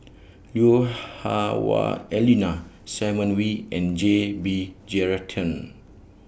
Lui Hah Wah Elena Simon Wee and J B Jeyaretnam